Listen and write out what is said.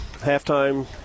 Halftime